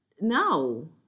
no